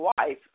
wife